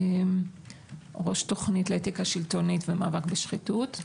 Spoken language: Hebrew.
ראש תוכנית לאתיקה שלטונית ומאבק בשחיתות,